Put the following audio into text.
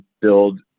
build